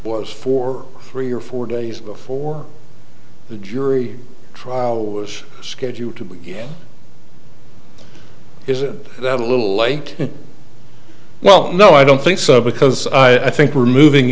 was for three or four days before the jury trial was scheduled to be isn't that a little like well no i don't think so because i think we're moving